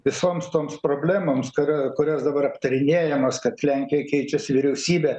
visoms toms problemoms kurio kurios dabar aptarinėjamos kad lenkija keičiasi vyriausybė